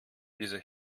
dieser